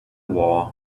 war